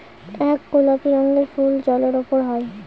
এক গোলাপি রঙের ফুল জলের উপরে হয়